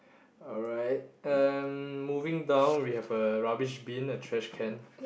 alright uh moving down we have a rubbish bin a trash can